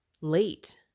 late